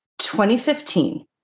2015